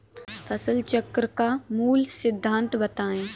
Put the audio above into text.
फसल चक्र का मूल सिद्धांत बताएँ?